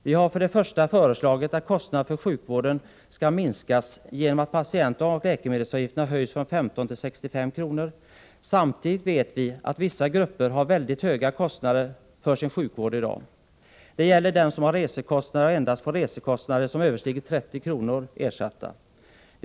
Vi har för det första föreslagit att kostnaderna för sjukvården skall minskas genom att patientoch läkemedelsavgifterna höjs med 15 kr. till 65 kr. Samtidigt vet vi att vissa grupper har mycket höga kostnader för sin sjukvård i dag. Det gäller dem som har resekostnader och som endast får resekostnader som överstiger 30 kr. ersatta.